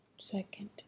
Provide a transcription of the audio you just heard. Second